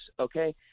okay